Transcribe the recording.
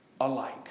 alike